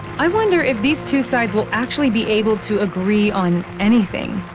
i wonder if these two sides will actually be able to agree on anything.